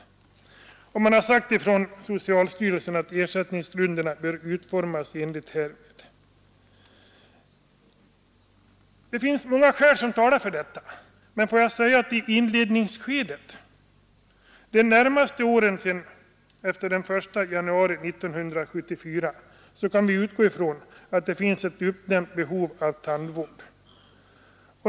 Socialstyrelsen har anfört att ersättningsgrunderna bör utformas i enlighet härmed. Det finns många skäl som talar för detta. Vi kan utgå ifrån att det i inledningsskedet — de närmaste åren efter den 1 januari 1974 — finns ett uppdämt behov av tandvård.